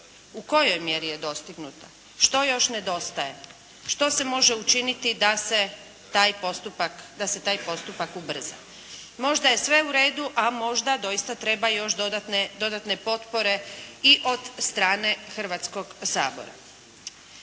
U kojoj mjeri je dostignuta? Što još nedostaje? Što se može učiniti da se taj postupak ubrza? Možda je sve u redu, a možda doista treba još dodatne potpore i od strane Hrvatskog sabora.